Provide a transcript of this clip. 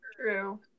True